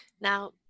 Now